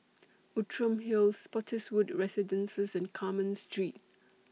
Outram Hill Spottiswoode Residences and Carmen Street